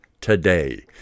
today